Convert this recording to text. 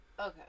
Okay